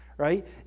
Right